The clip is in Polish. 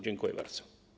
Dziękuję bardzo.